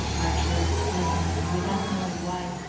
archer explained and, without knowing why,